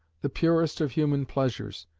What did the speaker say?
the purest of human pleasures,